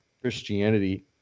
Christianity